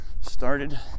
started